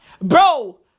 Bro